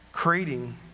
Creating